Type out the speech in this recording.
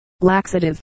laxative